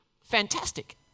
fantastic